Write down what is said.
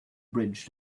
bridge